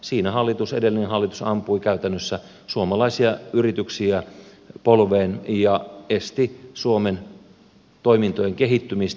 siinä edellinen hallitus ampui käytännössä suomalaisia yrityksiä polveen ja esti suomen toimintojen kehittymistä